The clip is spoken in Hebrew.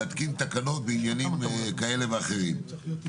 אם אני מעסיק את המשגיח ואני גוף הכשרות --- אתה נהנה,